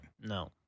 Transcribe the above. No